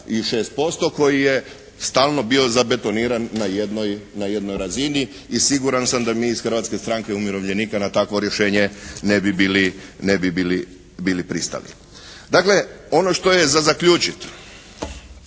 i 6% koji je stalno bio zabetoniran na jednoj razini. I siguran sam da mi iz Hrvatske stranke umirovljenika ne bi bili, ne bi bili pristali. Dakle ono što je za zaključiti